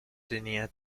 tenía